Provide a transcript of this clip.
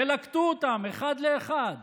ילקטו אותם אחד לאחד